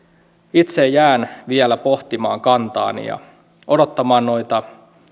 itse jään vielä pohtimaan kantaani ja odottamaan noita